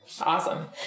awesome